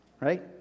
Right